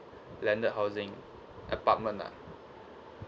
landed housing apartment ah